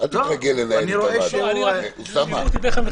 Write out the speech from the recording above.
אוסאמה,